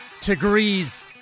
degrees